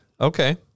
Okay